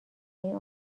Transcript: این